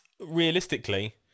realistically